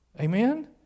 Amen